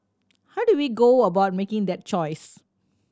how do we go about making that choice